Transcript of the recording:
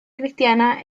cristiana